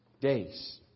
days